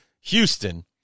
Houston